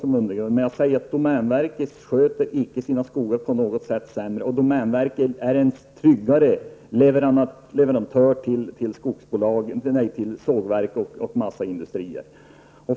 Men jag säger att domänverket inte sköter sina skogar på något sätt sämre. Domänverket är en trygg leverantör till sågverken och massaindustrier.